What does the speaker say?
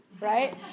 right